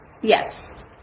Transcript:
Yes